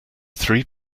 three